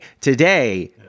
Today